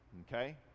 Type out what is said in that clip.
okay